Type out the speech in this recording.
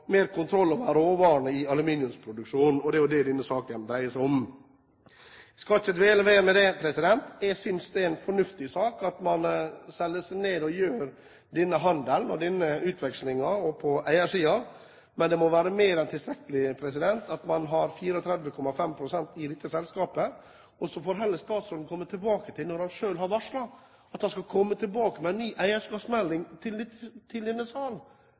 mer kontroll over råvarene i aluminiumsproduksjonen, og det er jo det denne saken dreier seg om. Jeg skal ikke dvele mer ved det. Jeg synes det er en fornuftig sak, at man selger seg ned og gjør denne handelen og denne utvekslingen på eiersiden, men det må være mer enn tilstrekkelig at man har 34,5 pst. i dette selskapet. Så får heller statsråden komme tilbake – han har selv varslet at han skal komme tilbake til denne sal med en ny eierskapsmelding